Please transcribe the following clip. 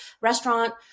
restaurant